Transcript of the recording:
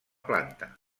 planta